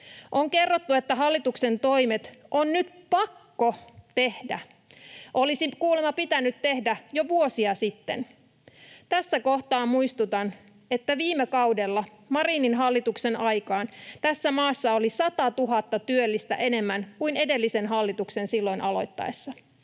On kerrottu, että hallituksen toimet on nyt pakko tehdä. Olisi kuulemma pitänyt tehdä jo vuosia sitten. Tässä kohtaa muistutan, että viime kaudella Marinin hallituksen aikaan tässä maassa oli 100 000 työllistä enemmän kuin edellisen hallituksen aloittaessa.